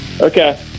Okay